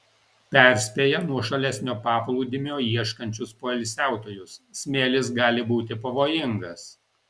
perspėja nuošalesnio paplūdimio ieškančius poilsiautojus smėlis gali būti pavojingas